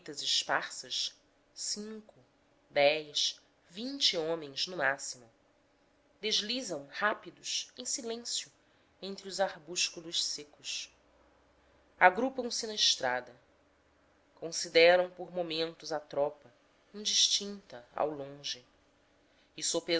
esparsas cinco dez vinte homens no máximo deslizam rápidos em silêncio entre os arbúsculos secos agrupam se na estrada consideram por momentos a tropa indistinta ao longe